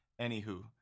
Anywho